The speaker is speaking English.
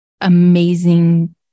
amazing